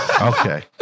Okay